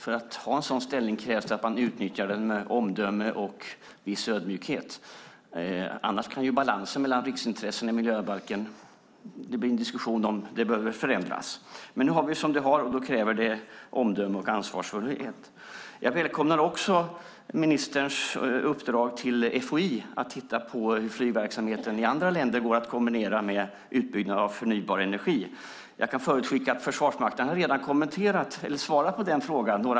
Om man har en så stark ställning krävs att man utnyttjar den med omdöme och viss ödmjukhet annars kan det bli en diskussion om att balansen i miljöbalken behöver förändras. Nu är det som det är, och det kräver omdöme och ansvarsfullhet. Jag välkomnar också ministerns uppdrag till FOI att titta på hur flygverksamheten i andra länder går att kombinera med utbyggnaden av förnybar energi. Jag kan förutskicka att några företrädare för Försvarsmakten redan har svarat på frågan.